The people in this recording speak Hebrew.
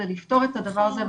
כדי לפתור את הדבר הזה,